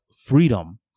freedom